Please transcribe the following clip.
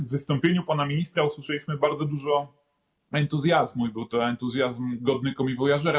W wystąpieniu pana ministra usłyszeliśmy bardzo dużo entuzjazmu i był to entuzjazm godny komiwojażera.